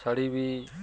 ଶାଢ଼ୀ ବି